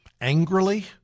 angrily